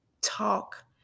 talk